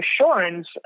assurance